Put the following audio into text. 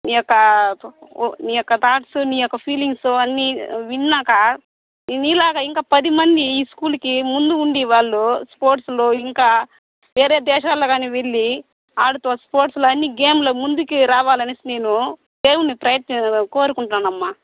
నీ యొక్క నీ యొక్క థాట్స్ నీ యొక్క ఫీలింగ్స్ అన్ని విన్నాక నీలాగా ఇంకా పది మంది ఈ స్కూలుకి ముందు ఉండి వాళ్ళు స్పోర్ట్స్లో ఇంకా వేరే దేశాల్లో కానీ వెళ్ళి ఆడుతూ స్పోర్ట్స్లో అన్ని గేమ్లో ముందుకు రావాలని నేను దేవుడ్ని ప్రయా కోరుకుంటున్నానమ్మా